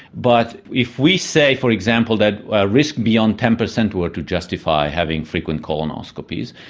but if we say, for example, that a risk beyond ten per cent were to justify having frequent colonoscopies,